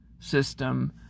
system